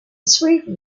sweden